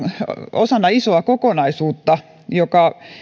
osana isoa kokonaisuutta joka